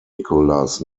nicholas